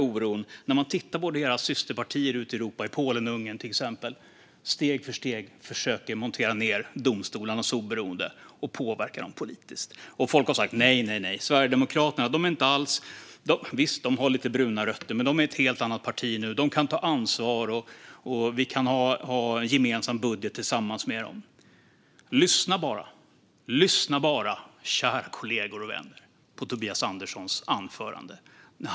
Man kan titta på Sverigedemokraternas systerpartier ute i Europa, till exempel i Polen och Ungern. Steg för steg försöker de montera ned domstolarnas oberoende och påverka dem politiskt. Folk har sagt: Nej, nej, nej, Sverigedemokraterna är inte alls sådana. Visst har de lite bruna rötter, men de är ett helt annat parti nu. De kan ta ansvar, och vi kan ha en gemensam budget tillsammans med dem. Lyssna bara, kära kollegor och vänner, på Tobias Anderssons anförande!